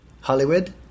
Hollywood